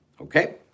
Okay